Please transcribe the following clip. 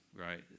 Right